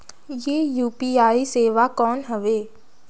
ये यू.पी.आई सेवा कौन हवे?